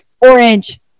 orange